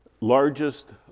largest